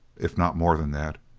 if not more than that.